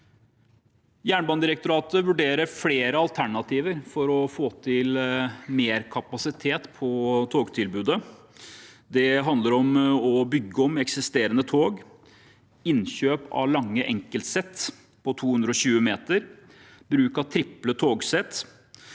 Jernbanedirektoratet vurderer flere alternativer for å få til mer kapasitet på togtilbudet. Det handler om å bygge om eksisterende tog, innkjøp av lange enkeltsett på 220 meter og bruk av triple togsett.